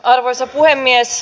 arvoisa puhemies